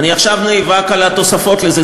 אני עכשיו נאבק על התוספות לזה.